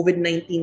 COVID-19